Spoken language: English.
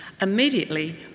Immediately